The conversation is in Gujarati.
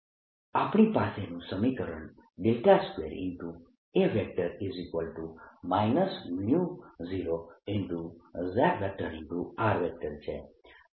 A0 2A 0 J આપણી પાસેનું સમીકરણ 2A 0 J છે આ